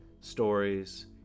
stories